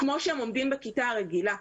כמו שהם עומדים בכיתה הרגילה,